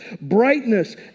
brightness